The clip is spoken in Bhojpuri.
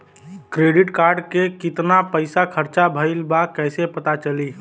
क्रेडिट कार्ड के कितना पइसा खर्चा भईल बा कैसे पता चली?